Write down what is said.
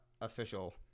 official